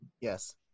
Yes